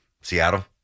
Seattle